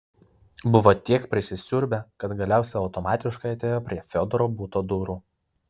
buvo tiek prisisiurbę kad galiausiai automatiškai atėjo prie fiodoro buto durų